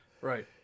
Right